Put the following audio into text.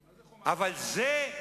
"חומת מגן" אמרת?